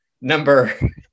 number